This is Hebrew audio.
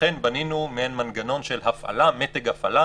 ולכן בנינו מעין מנגנון של הפעלה, מתג הפעלה